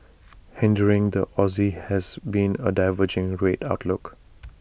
hindering the Aussie has been A diverging rate outlook